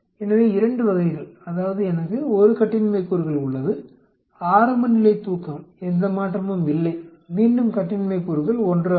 எனவே இரண்டு வகைகள் அதாவது எனக்கு 1 கட்டின்மை கூறுகள் உள்ளது ஆரம்பநிலை தூக்கம் எந்த மாற்றமும் இல்லை மீண்டும் கட்டின்மை கூறுகள் 1 ஆகும்